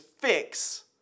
fix